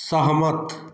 सहमत